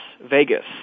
Vegas